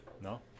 No